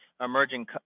emerging